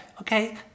Okay